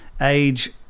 age